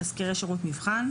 תסקירי שירות מבחן,